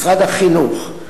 משרד החינוך,